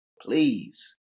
Please